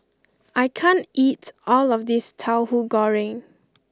I can't eat all of this Tahu Goreng